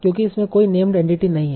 क्योंकि इसमें कोई नेम्ड एंटिटी नहीं है